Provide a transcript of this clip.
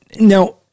Now